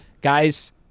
Guys